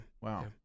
Wow